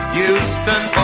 Houston